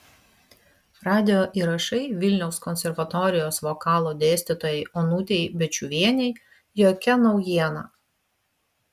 radijo įrašai vilniaus konservatorijos vokalo dėstytojai onutei bėčiuvienei jokia naujiena